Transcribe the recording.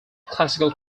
classical